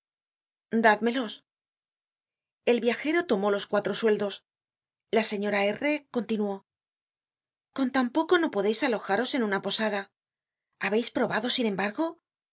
dádmelos el viajero tomó los cuatro sueldos la señorar continuó con tan poco no podeis alojaros en una posada habeis probado sin embargo es